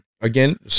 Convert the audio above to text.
again